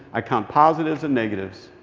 i count positives and negatives.